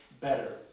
better